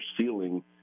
ceiling